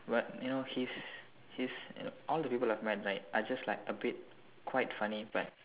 but you know he's he's you know all the people I've met right are just like a bit quite funny but